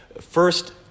first